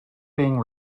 being